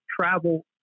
travel